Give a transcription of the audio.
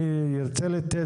אני ארצה לתת,